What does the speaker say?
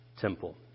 Temple